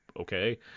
Okay